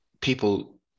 people